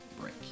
break